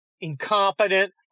incompetent